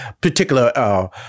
particular